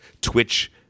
Twitch